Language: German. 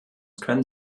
können